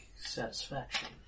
satisfaction